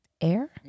air